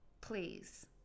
please